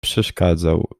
przeszkadzał